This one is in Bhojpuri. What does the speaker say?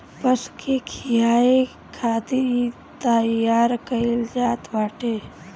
पशु के खियाए खातिर इ तईयार कईल जात बाटे